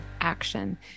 action